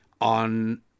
on